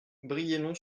brienon